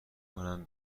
کنم